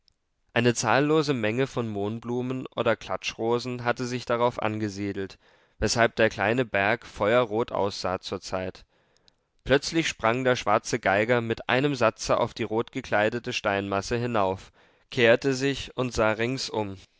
eine zahllose menge von mohnblumen oder klatschrosen hatte sich darauf angesiedelt weshalb der kleine berg feuerrot aussah zurzeit plötzlich sprang der schwarze geiger mit einem satze auf die rotgekleidete steinmasse hinauf kehrte sich und sah